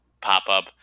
pop-up